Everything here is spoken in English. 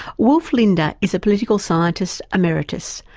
wolf linder is a political scientist emeritus,